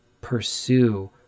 pursue